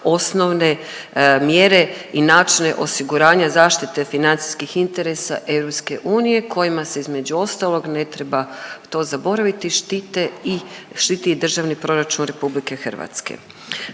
osnovne mjere i načine osiguranja zaštite financijskih interesa EU kojima se između ostalog, ne treba to zaboraviti, štite i, štiti i Državni proračun RH. Stoga se